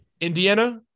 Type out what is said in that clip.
Indiana